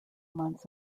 months